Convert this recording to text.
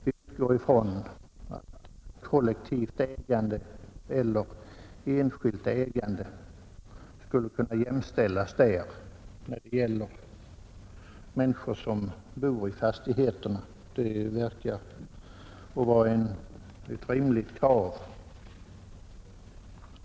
Vi utgår ifrån att kollektivt ägande och enskilt ägande skulle kunna jämställas, när det gäller människor som bor i fastigheterna. Det verkar vara ett rimligt krav.